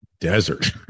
desert